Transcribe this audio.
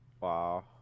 Wow